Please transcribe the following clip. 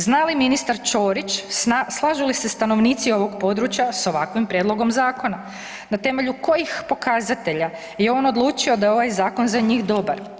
Zna li ministar Ćorić slažu li se stanovnici ovog područja s ovakvim prijedlogom zakona, na temelju kojih pokazatelja je on odlučio da je ovaj zakon za njih dobar?